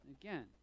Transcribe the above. Again